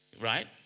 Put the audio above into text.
right